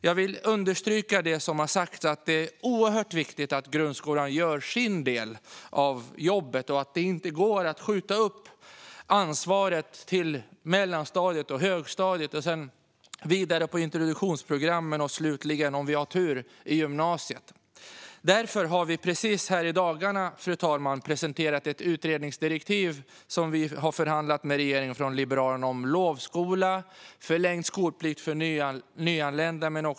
Jag vill understryka det som har sagts om att det är oerhört viktigt att grundskolan gör sin del av jobbet och att det inte går att skjuta upp ansvaret till mellanstadiet och högstadiet och sedan vidare till introduktionsprogrammen och slutligen, om vi har tur, gymnasiet. Fru talman! Därför har vi i dagarna presenterat ett utredningsdirektiv som Liberalerna har förhandlat med regeringen om. Det gäller lovskola och förlängd skolplikt för nyanlända.